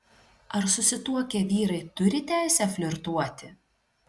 ar susituokę vyrai turi teisę flirtuoti